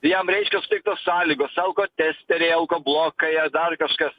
jam reiškia suteiktos sąlygos alkotesteriai alko blokai ar dar kažkas